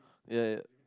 ya ya